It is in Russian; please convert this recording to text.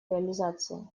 реализации